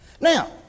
Now